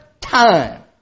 time